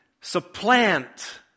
supplant